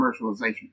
commercialization